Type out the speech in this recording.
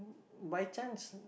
by chance